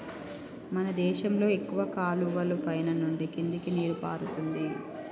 మన దేశంలో ఎక్కువ కాలువలు పైన నుండి కిందకి నీరు పారుతుంది